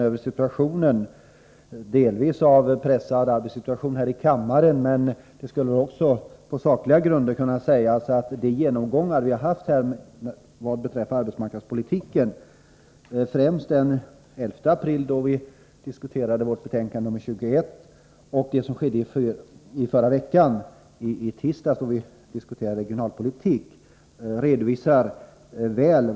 Dels har vi en pressad arbetssituation i kammaren, dels har vi haft olika genomgångar av arbetsmarknadspolitiken, främst den 11 april då vi diskuterade arbetsmarknadsutskottets betänkande 1983 84:23.